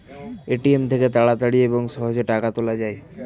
ATM থেকে তাড়াতাড়ি এবং সহজে টাকা তোলা যায়